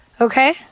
Okay